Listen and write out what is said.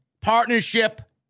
partnership